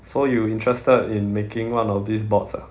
so you interested in making one of these box ah